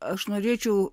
aš norėčiau